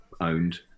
owned